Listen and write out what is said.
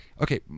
okay